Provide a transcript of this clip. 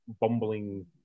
bumbling